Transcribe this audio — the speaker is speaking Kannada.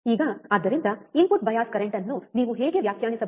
ಈಗ ಆದ್ದರಿಂದ ಇನ್ಪುಟ್ ಬಯಾಸ್ ಕರೆಂಟ್ ಅನ್ನು ನೀವು ಹೇಗೆ ವ್ಯಾಖ್ಯಾನಿಸಬಹುದು